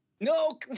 No